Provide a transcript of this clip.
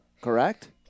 correct